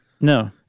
No